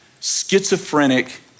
schizophrenic